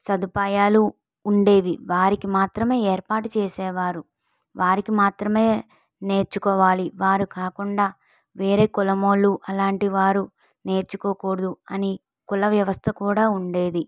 సదుపాయాలు ఉండేవి వారికి మాత్రమే ఏర్పాటు చేసేవారు వారికి మాత్రమే నేర్చుకోవాలి వారు కాకుండా వేరే కులం వాళ్ళు అలాంటి వారు నేర్చుకోకూడదు అని కుల వ్యవస్థ కూడా ఉండేది